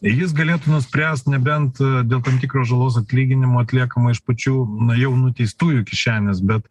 ir jis galėtų nuspręst nebent dėl tam tikro žalos atlyginimo atliekamo iš pačių na jau nuteistųjų kišenės bet